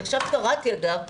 עכשיו קראתי אגב